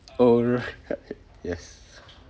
oh right right yes